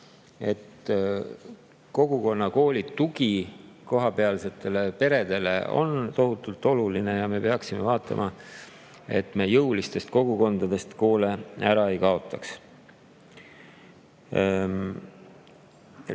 kogukonnakooli tugi kohapealsetele peredele on tohutult oluline, ja me peaksime vaatama, et me jõulistest kogukondadest koole ära ei kaotaks.